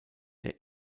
der